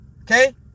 Okay